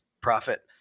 profit